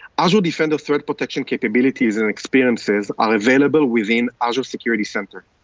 azure defender threat protection capabilities and experiences are available within azure security center,